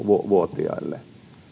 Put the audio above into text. vuotiaille